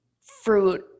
fruit